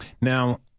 Now